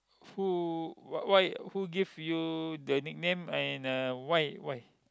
who why why who give you the nickname and uh why why